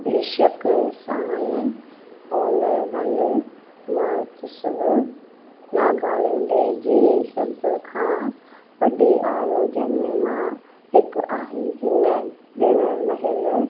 बेशक साईं होनरमल महोत्सव नागालेंड जे सभ खां वॾे आयोजन मां हिकु आहे हिन ॾिण महिल